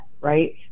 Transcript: right